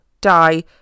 die